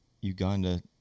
Uganda